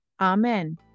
amen